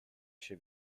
się